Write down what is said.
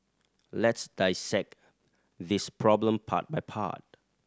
le's dissect this problem part by part